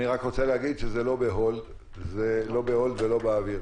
אני רק רוצה להגיד שזה לא ב-Hold ולא באוויר.